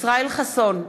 ישראל חסון,